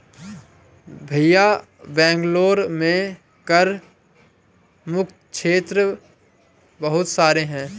भैया बेंगलुरु में कर मुक्त क्षेत्र बहुत सारे हैं